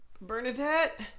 Bernadette